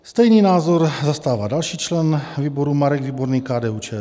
Stejný názor zastává další člen výboru Marek Výborný, KDUČSL.